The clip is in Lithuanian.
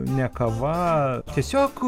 ne kava tiesiog